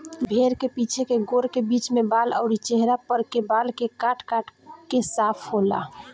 भेड़ के पीछे के गोड़ के बीच में बाल अउरी चेहरा पर के बाल के काट काट के साफ होला